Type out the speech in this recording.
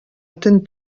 төн